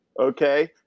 okay